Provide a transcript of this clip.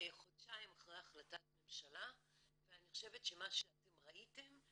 חודשיים אחרי החלטת ממשלה ואני חושבת שמה שאתם ראיתם,